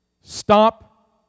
Stop